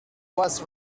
was